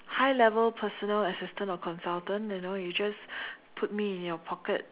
high level personal assistant or consultant you know you just put me in your pocket